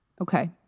Okay